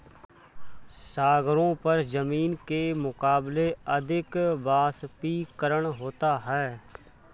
सागरों पर जमीन के मुकाबले अधिक वाष्पीकरण होता है